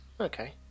Okay